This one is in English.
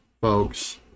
folks